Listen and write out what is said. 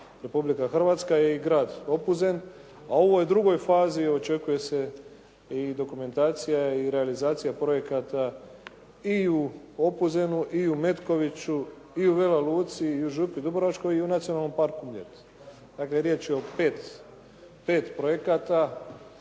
Republika Hrvatska je i grad Opuzen, a u ovoj drugoj fazi očekuje se i dokumentacija i realizacija projekata i u Opuzenu i u Metkoviću i u Vela Luci i u Župi dubrovačkoj i u Nacionalnom parku Mljet. Dakle, riječ je o 5 projekata